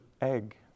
egg